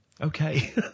okay